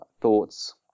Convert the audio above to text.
thoughts